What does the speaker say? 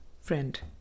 Friend